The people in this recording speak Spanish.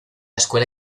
escuela